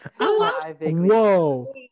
Whoa